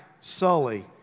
Sully